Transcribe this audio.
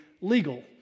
legal